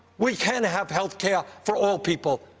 we can have health care for all people,